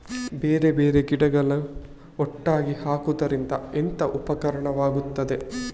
ಬೇರೆ ಬೇರೆ ಗಿಡಗಳು ಒಟ್ಟಿಗೆ ಹಾಕುದರಿಂದ ಎಂತ ಉಪಕಾರವಾಗುತ್ತದೆ?